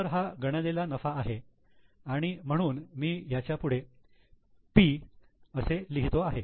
तर हा गणलेला नफा आहे आणि म्हणून मी ह्याच्या पुढे 'P' असे लिहितो आहे